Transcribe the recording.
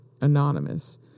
anonymous